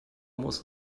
muss